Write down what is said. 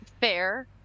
Fair